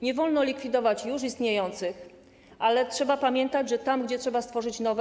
Nie wolno likwidować już istniejących, ale trzeba pamiętać o tym, że trzeba stworzyć nowe.